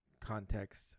context